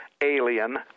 alien